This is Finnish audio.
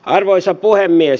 arvoisa puhemies